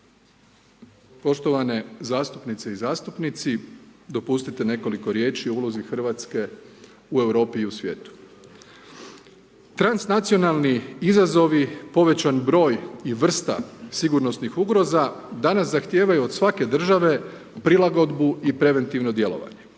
Poštovane zastupnice i zastupnici, dopustite nekoliko riječi o ulozi Hrvatske u Europi i u svijetu. Transnacionalni izazovi, povećan broj i vrsta sigurnosnih ugroza danas zahtijevaju od svake države prilagodbu i preventivno djelovanje.